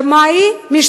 ומי הם?